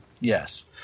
Yes